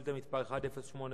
שאילתא מס' 1085,